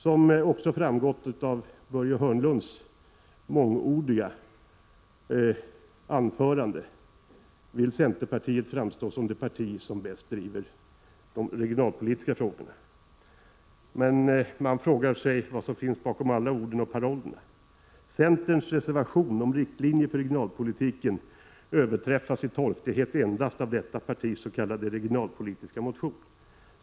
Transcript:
Som framgått av Börje Hörnlunds mångordiga anförande vill centerpartiet framstå som det parti som bäst driver de regionalpolitiska frågorna. Men man frågar sig vad som finns bakom alla orden och parollerna. Centerns reservation om riktlinjer för regionalpolitiken överträffas i torftighet endast av detta partis s.k. regionalpolitiska motion.